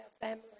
family